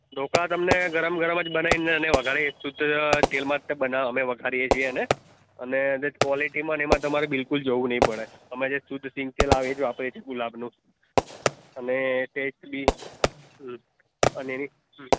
ઢોકળા તમને ગરમ ગરમ જ બનાવીને અને વઘારી શુદ્ધ તેલમાં જ તે અમે વઘારીએ છીએ અને અને જે ક્વોલિટીમાં અને તમારે બિલકુલ જોવું નહીં પડે અમે જે શુદ્ધ સિંગતેલ આવે એ જ વાપરીએ છીએ ગુલાબનું અને ટેસ્ટ બી હમમ અને એની હમમ